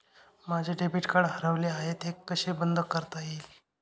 माझे debit card हरवले आहे ते कसे बंद करता येईल?